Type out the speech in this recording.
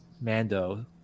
Mando